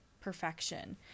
perfection